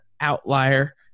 outlier